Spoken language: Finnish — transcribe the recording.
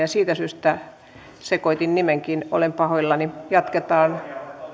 ja siitä syystä sekoitin nimenkin olen pahoillani jatketaan